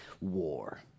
war